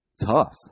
tough